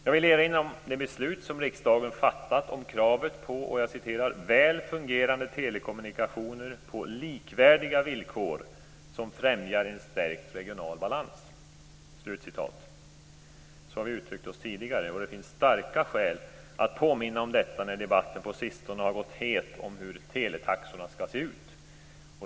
Jag vill erinra om det beslut som riksdagen har fattat om kravet på "väl fungerande telekommunikationer på likvärdiga villkor som främjar en stärkt regional balans". Så har vi uttryckt oss tidigare, och det finns starka skäl att påminna om det nu när debatten på sistone har gått het om hur teletaxorna skall se ut.